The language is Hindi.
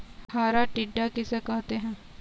हरा टिड्डा किसे कहते हैं?